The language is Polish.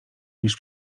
niż